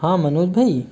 हाँ मनोज भाई